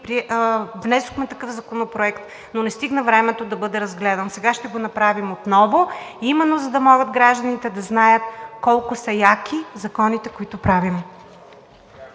внесохме такъв законопроект, но не стигна времето да бъде разгледан. Сега ще го направим отново именно за да могат гражданите да знаят колко са яки законите, които правим.